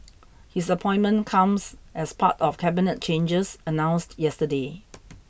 his appointment comes as part of Cabinet changes announced yesterday